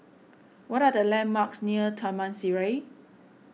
what are the landmarks near Taman Sireh